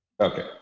Okay